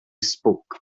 spoke